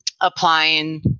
applying